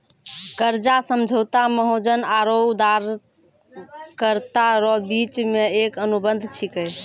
कर्जा समझौता महाजन आरो उदारकरता रो बिच मे एक अनुबंध छिकै